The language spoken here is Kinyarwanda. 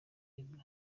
rev